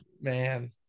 man